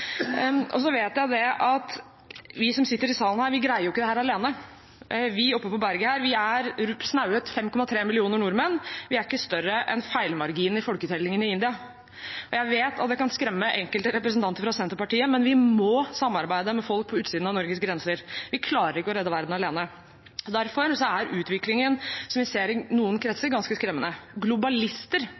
jul. Så vet jeg at vi som sitter her i salen, greier jo ikke dette alene – vi oppe på berget her er snaue 5,3 millioner nordmenn, vi er ikke større enn feilmarginen i folketellingen i India. Jeg vet at det kan skremme enkelte representanter fra Senterpartiet, men vi må samarbeide med folk på utsiden av Norges grenser. Vi klarer ikke å redde verden alene. Derfor er utviklingen som vi ser i noen kretser, ganske skremmende. Globalister